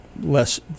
less